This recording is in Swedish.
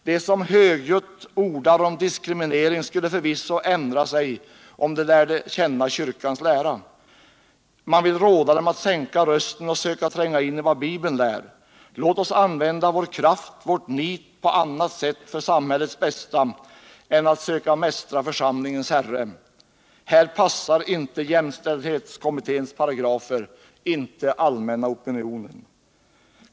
De som högljutt ordar om diskriminering skulle förvisso ändra sig om de lärde känna kyrkans lära. Man vill råda dem att sänka rösten och söka tränga in i vad Bibeln lär. Låt oss använda vår kraft, vårt nit, på annat sätt för samhällets bästa än att söka mästra församlingens Herre. Här passar inte jämställdhetskommitténs paragrafer, inte den allmänna opinionen.